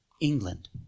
England